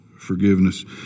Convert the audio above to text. forgiveness